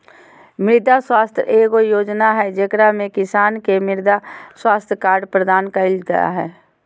मृदा स्वास्थ्य एगो योजना हइ, जेकरा में किसान के मृदा स्वास्थ्य कार्ड प्रदान कइल जा हइ